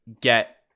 get